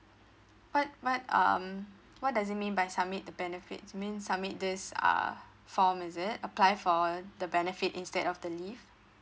what what um what does it mean by submit the benefits mean submit this uh form is it apply for the benefit instead of the leave